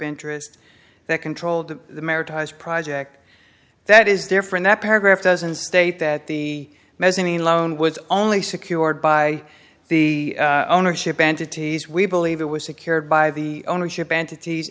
interest that control the project that is different that paragraph doesn't state that the mezzanine loan was only secured by the ownership entities we believe it was secured by the ownership entit